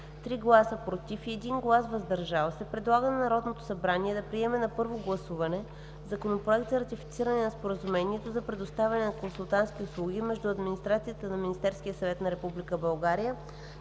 3 гласа „против” и 1 глас „въздържал се” предлага на Народното събрание да приеме на първо гласуване Законопроект за ратифициране на Споразумението за предоставяне на консултантски услуги между администрацията на Министерския съвет на Република България